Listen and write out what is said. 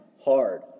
Hard